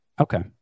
Okay